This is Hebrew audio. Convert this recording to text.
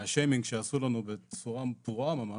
מהשיימינג שעשו לנו בצורה פרועה ממש,